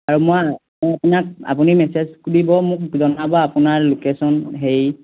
আৰু মই আপোনাক আপুনি মেছেজ দিব মোক জনাব আপোনাৰ লোকেশ্যন হেৰি